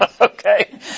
Okay